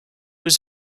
was